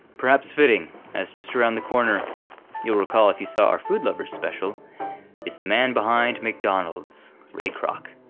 perhaps fitting as just around the corner you'll recall if you saw our food lovers special is the man behind mcdonald's, ray kroc.